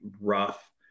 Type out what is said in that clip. rough